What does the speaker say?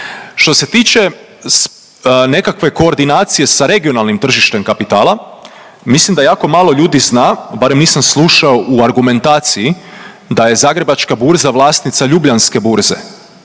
Što se tiče nekakve koordinacije sa regionalnim tržištem kapitala, mislim da jako malo ljudi zna, barem nisam slušao u argumentaciji da je Zagrebačka burza vlasnica Ljubljanske burze,